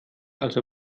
also